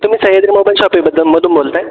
तुम्ही सह्याद्री मोबाईल शॉपीबद्दलमधून बोलत आहे